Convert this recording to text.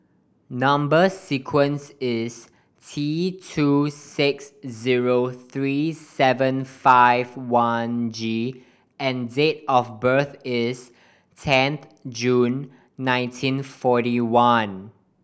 number sequence is T two six zero three seven five one G and date of birth is ten June nineteen forty one